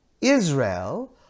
Israel